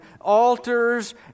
altars